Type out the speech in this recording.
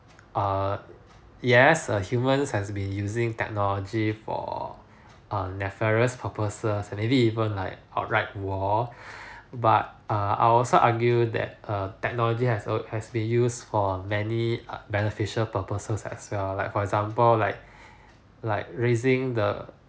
err yes a human has been using technology for a nefarious purposes and maybe even like a right world but err I also argue that err technology has al~ has been used for many err beneficial purposes as well like for example like like raising the